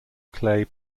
clay